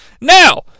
Now